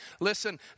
Listen